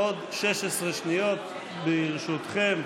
עוד 16 שניות, ברשותכם.